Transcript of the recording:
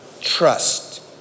Trust